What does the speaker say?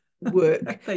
work